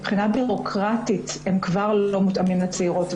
מבחינה בירוקרטית הם לא מותאמים לצעירות.